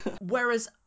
Whereas